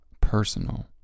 personal